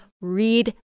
read